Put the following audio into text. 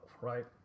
right